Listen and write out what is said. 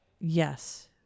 Yes